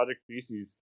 species